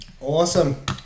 Awesome